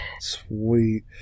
Sweet